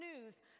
news